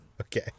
Okay